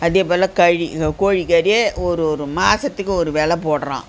அதேபோல் கோழிக்கறி ஒரு ஒரு மாதத்துக்கு ஒரு வெலை போடுறான்